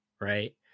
right